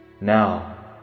Now